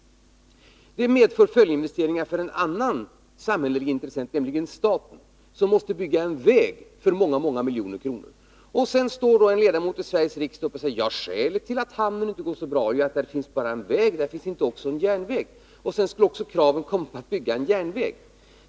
Detta medför följdinvesteringar för en annan samhällelig intressent, nämligen staten, som måste bygga en väg för många miljoner kronor. Sedan står då en ledamot av Sveriges riksdag upp och säger: Ja, skälet till att hamnen inte går så bra är ju att det bara finns en väg och ingen järnväg. Sedan kommer då ocks:! kravet på att man skall bygga en järnväg.